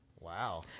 Wow